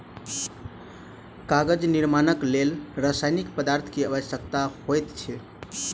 कागज निर्माणक लेल रासायनिक पदार्थ के आवश्यकता होइत अछि